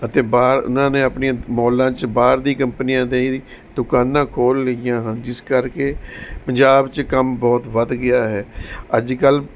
ਅਤੇ ਬਾਹਰ ਉਹਨਾਂ ਨੇ ਆਪਣੀਆਂ ਮਾਲਾਂ 'ਚ ਬਾਹਰ ਦੀ ਕੰਪਨੀਆਂ ਦੇ ਦੁਕਾਨਾਂ ਖੋਲ੍ਹ ਲਈਆਂ ਹਨ ਜਿਸ ਕਰਕੇ ਪੰਜਾਬ 'ਚ ਕੰਮ ਬਹੁਤ ਵੱਧ ਗਿਆ ਹੈ ਅੱਜ ਕੱਲ੍ਹ